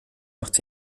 macht